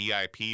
VIP